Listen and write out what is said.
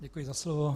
Děkuji za slovo.